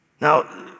Now